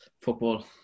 football